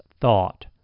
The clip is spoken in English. thought